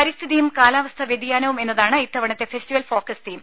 പരിസ്ഥിതിയും കാലാവസ്ഥാ വ്യതിയാനവും എന്നതാണ് ഇത്തവണത്തെ ഫെസ്റ്റിവൽ ഫോക്കസ് തീം